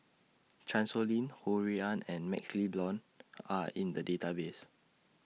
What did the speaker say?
Chan Sow Lin Ho Rui An and MaxLe Blond Are in The Database